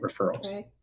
Referrals